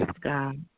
God